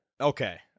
Okay